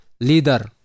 Leader